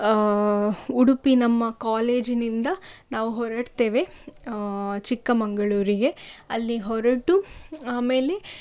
ಉಡುಪಿ ನಮ್ಮ ಕಾಲೇಜಿನಿಂದ ನಾವು ಹೊರಡ್ತೇವೆ ಚಿಕ್ಕಮಗಳೂರಿಗೆ ಅಲ್ಲಿ ಹೊರಟು ಆಮೇಲೆ